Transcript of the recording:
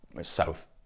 South